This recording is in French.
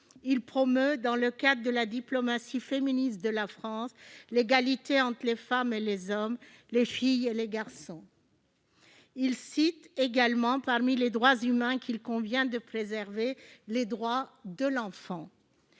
il promeut, dans le cas de la diplomatie féministe de la France, l'égalité entre les femmes et les hommes et entre les filles et les garçons. Il cite également, parmi les droits humains qu'il convient de préserver, les droits de l'enfant.